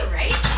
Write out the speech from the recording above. right